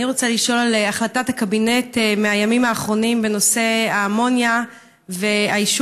אני רוצה לשאול על החלטת הקבינט מהימים האחרונים בנושא האמוניה והאישור,